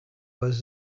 was